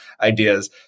ideas